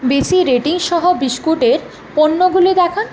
বেশি রেটিং সহ বিস্কুট এর পণ্যগুলি দেখান